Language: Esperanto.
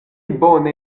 bone